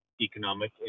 economic